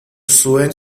zuen